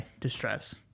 distress